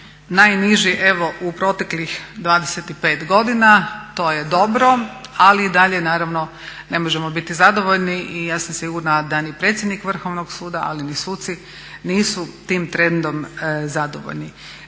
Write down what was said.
najniži evo u proteklih 25 godina, to je dobro ali dalje naravno ne možemo biti zadovoljni i ja sam sigurna da ni predsjednik Vrhovnog suda ali ni suci nisu tim trendom zadovoljni.